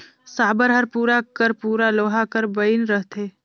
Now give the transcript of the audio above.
साबर हर पूरा कर पूरा लोहा कर बइन रहथे